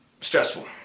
stressful